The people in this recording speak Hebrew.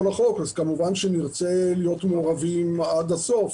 החוק אז כמובן שנרצה להיות מעורבים עד הסוף,